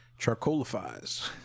charcoalifies